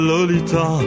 Lolita